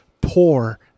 poor